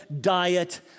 diet